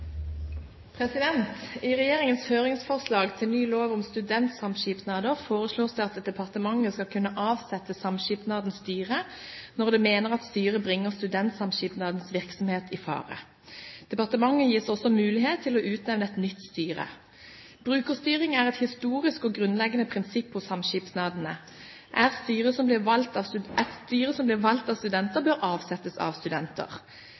inn i politikraft ute. Da er det ikke sikkert at det er ensbetydende med å bygge opp kontorer. «I regjeringens høringsforslag til ny lov om studentsamskipnader foreslås det at departementet skal kunne avsette samskipnadens styre når det mener at styret bringer studentsamskipnadens virksomhet i fare. Departementet gis også mulighet til å utnevne et nytt styre. Brukerstyring er et historisk og grunnleggende prinsipp hos samskipnadene. Et styre som blir valgt av studenter, bør avsettes av